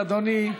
אדוני,